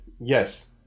yes